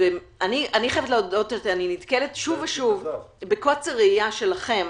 אני נתקלת שוב ושוב בקוצר ראייה שלכם